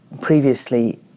previously